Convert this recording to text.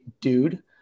dude